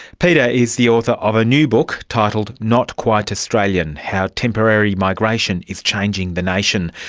peter is the author of a new book titled not quite australian how temporary migration is changing the nation.